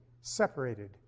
separated